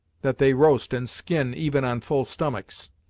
that they roast and skin even on full stomachs.